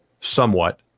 somewhat